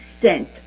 sent